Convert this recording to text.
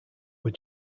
were